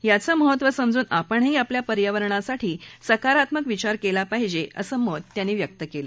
याचं महत्व समजून आपणही आपल्या पर्यावरणासाठी सकारात्मक विचार केला पाहिजे असं मत त्यांनी व्यक्त केलं